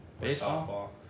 Baseball